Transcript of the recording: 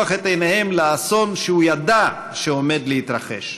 את עיניהם לאסון שהוא ידע שעומד להתרחש.